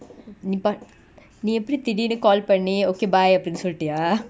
நீ:nee but நீ எப்டி திடிர்ன்டு:nee epdi thidirndu call பன்னி:panni okay bye அப்டின்னு சொல்லிட்டியா:apdinu sollitiya